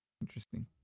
interesting